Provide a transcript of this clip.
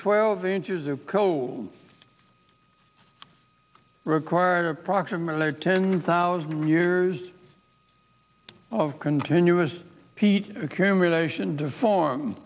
twelve inches of cold require approximately ten thousand years of continuous pete came relation to form